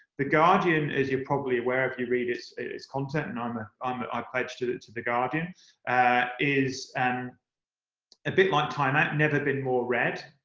the guardian, as you're probably aware if you read its content and um ah um ah i pledge to the to the guardian is and a bit like time out never been more read,